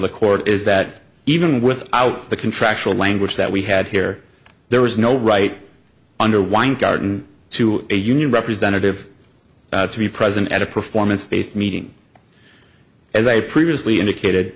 the court is that even without the contractual language that we had here there was no right under weingarten to a union representative to be present at a performance based meeting as i previously indicated